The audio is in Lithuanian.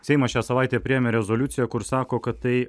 seimas šią savaitę priėmė rezoliuciją kur sako kad tai